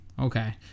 Okay